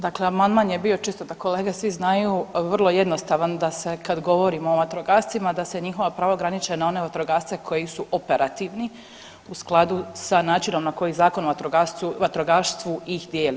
Dakle, amandman je bio čito da kolege svi znaju vrlo jednostavan da se kad govorimo o vatrogascima da se njihova prava ograniče na one vatrogasce koji su operativni u skladu sa načinom na koji Zakon o vatrogastvu ih dijeli.